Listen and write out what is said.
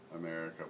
America